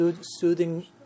soothing